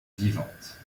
vivante